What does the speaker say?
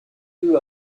peu